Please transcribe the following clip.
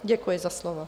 Děkuji za slovo.